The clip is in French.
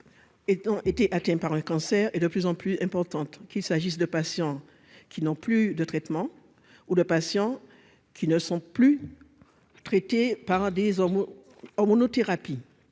et ont été atteints par un cancer et de plus en plus importante, qu'il s'agisse de patients qui n'ont plus de traitement ou de patients qui ne sont plus traités par des hommes en monothérapie,